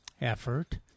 effort